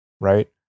right